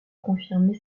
confirmer